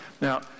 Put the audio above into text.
Now